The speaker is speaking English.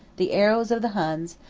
the arrows of the huns,